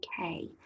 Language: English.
Okay